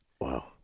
Wow